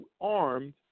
armed